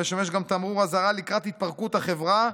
המשמש גם תמרור אזהרה לקראת התפרקות החברה,